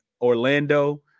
Orlando